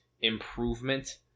improvement